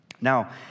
Now